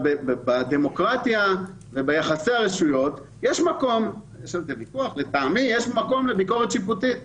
בדמוקרטיה יש מקום לביקורת שיפוטית חוקתית,